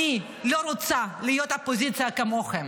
אני לא רוצה להיות אופוזיציה כמוכם.